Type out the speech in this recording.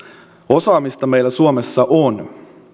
osaamista meillä suomessa on